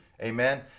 amen